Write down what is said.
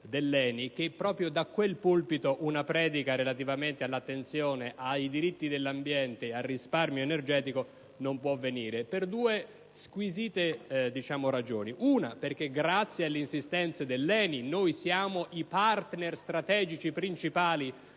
dell'ENI, che proprio da quel pulpito una predica relativamente all'attenzione ai diritti dell'ambiente e al risparmio energetico non può venire per due squisite ragioni: in primo luogo, perché grazie all'insistenza dell'ENI noi siamo i partner strategici principali,